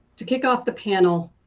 to kick off the panel,